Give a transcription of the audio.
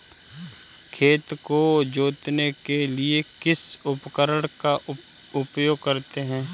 खेत को जोतने के लिए किस उपकरण का उपयोग करते हैं?